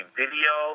video